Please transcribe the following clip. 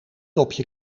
dopje